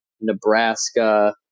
Nebraska